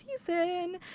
season